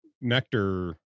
nectar